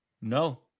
No